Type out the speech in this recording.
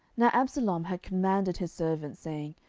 now absalom had commanded his servants, saying,